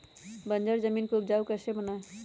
बंजर जमीन को उपजाऊ कैसे बनाय?